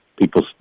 People